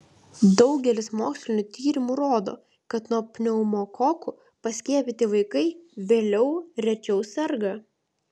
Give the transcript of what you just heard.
daugelis mokslinių tyrimų rodo kad nuo pneumokokų paskiepyti vaikai vėliau rečiau serga